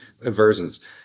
versions